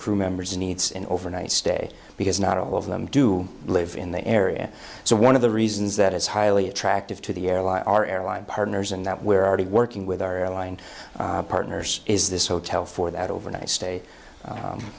crewmembers needs an overnight stay because not all of them do live in the area so one of the reasons that is highly attractive to the airline our airline partners and that we're already working with our allies and partners is this hotel for that overnight sta